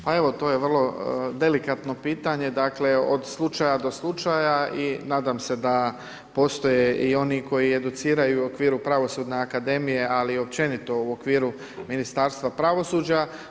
Pa evo, to je vrlo delikatno pitanje, dakle od slučaja do slučaja i nadam se da postoje i oni koji educiraju u okviru Pravosudne akademije ali i općenito u okviru Ministarstva pravosuđa.